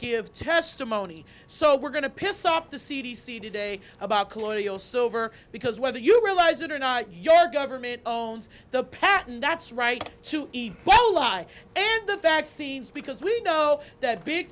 give testimony so we're going to piss off the c d c today about colonial silver because whether you realize it or not your government own the patent that's right well lie and the fact scenes because we know that big